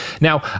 Now